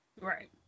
Right